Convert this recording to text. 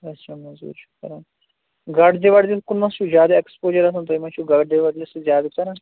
اچھا مزوٗر چھُ کران گاڈٕدِ واڑدِ کُن ما چھُو زیادٕ ایٚکٕسپوجر آسان تُہۍ ما چھُو گاڈٕ دِوڑدِ سۭتۍ زیادٕ کَرَان